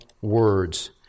words